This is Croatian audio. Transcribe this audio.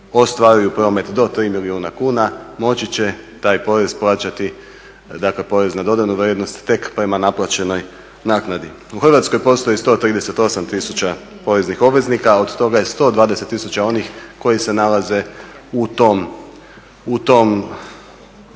ostvaruju promet do 3 milijuna kuna moći će taj porez plaćati, dakle PDV tek prema naplaćenoj naknadi. U Hrvatskoj postoji 138 000 poreznih obveznika, od toga je 120 000 onih koji se nalaze u tom dijelu